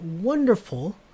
wonderful